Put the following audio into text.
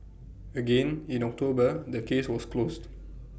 again in October the case was closed